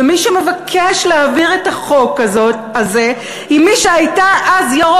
ומי שמבקש להעביר את החוק הזה הוא מי שהייתה אז יו"ר